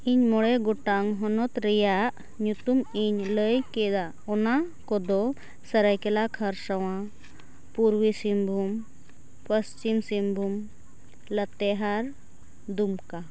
ᱤᱧ ᱢᱚᱬᱮ ᱜᱚᱴᱟᱝ ᱦᱚᱱᱚᱛ ᱨᱮᱭᱟᱜ ᱧᱩᱛᱩᱢ ᱤᱧ ᱞᱟᱹᱭ ᱠᱮᱫᱟ ᱚᱱᱟ ᱠᱚᱫᱚ ᱥᱟᱹᱨᱟᱹᱭ ᱠᱮᱞᱞᱟ ᱠᱷᱚᱨᱥᱚᱣᱟ ᱯᱩᱨᱵᱤ ᱥᱤᱝᱵᱷᱩᱢ ᱯᱚᱪᱷᱤᱢ ᱥᱤᱝᱵᱷᱩᱢ ᱞᱟᱛᱮᱦᱟᱨ ᱫᱩᱢᱠᱟᱹ